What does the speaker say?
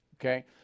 okay